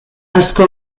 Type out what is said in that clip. asko